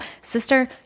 sister